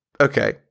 okay